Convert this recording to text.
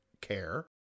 care